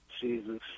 Jesus